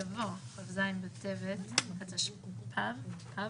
יבוא "כ"ז בטבת התשפ"ב (31